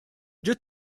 you